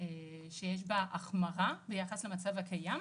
שיש בה החמרה ביחס למצב הקיים,